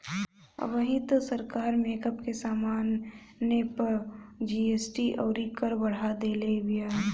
अबही तअ सरकार मेकअप के समाने पअ जी.एस.टी अउरी कर बढ़ा देले बिया